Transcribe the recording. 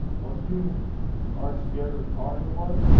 once you aren't scared of the car anymore,